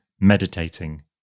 meditating